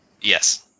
Yes